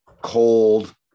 cold